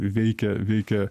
veikia veikia